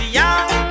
young